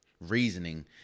reasoning